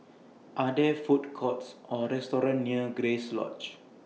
Are There Food Courts Or restaurants near Grace Lodge